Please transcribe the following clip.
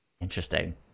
Interesting